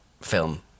film